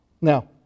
Now